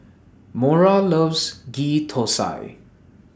Mora loves Ghee Thosai